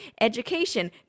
education